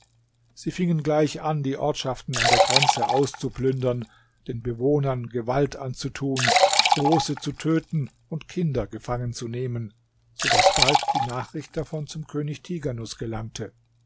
sie fingen gleich an die ortschaften an der grenze auszuplündern den bewohnern gewalt anzutun große zu töten und kinder gefangenzunehmen so daß bald die nachricht davon zum könig tighanus gelangte